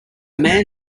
man